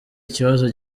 ikibazo